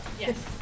Yes